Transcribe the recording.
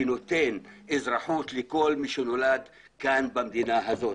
שנותן אזרחות לכל מי שנולד כאן במדינה הזאת.